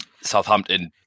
Southampton